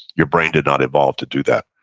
your brain did not evolve to do that.